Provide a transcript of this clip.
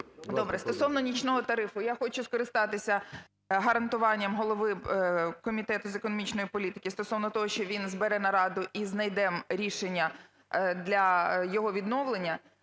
Добре. Стосовно нічного тарифу. Я хочу скористатися гарантуванням голови Комітету з економічної політики стосовно того, що він збере нараду, і знайдемо рішення для його відновлення.